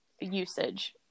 usage